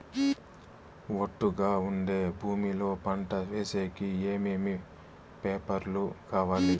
ఒట్టుగా ఉండే భూమి లో పంట వేసేకి ఏమేమి పేపర్లు కావాలి?